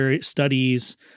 studies